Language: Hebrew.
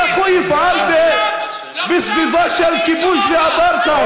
איך הוא יפעל בסביבה של כיבוש ואפרטהייד?